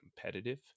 competitive